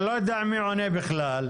אני לא יודע מי עונה בכלל.